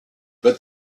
but